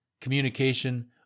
communication